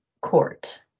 court